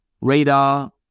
radar